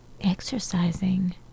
exercising